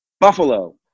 Buffalo